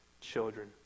children